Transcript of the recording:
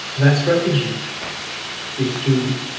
that strategy is to